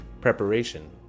Preparation